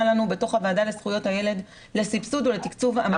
לנו בתוך הוועדה לזכויות הילד לסבסוד ולתקצוב המצלמות.